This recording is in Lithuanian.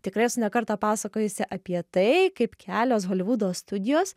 tikrai esu ne kartą pasakojusi apie tai kaip kelios holivudo studijos